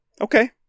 Okay